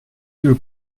uur